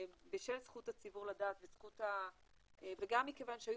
בשל זכות הציבור לדעת וגם מכיוון שהיה